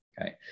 okay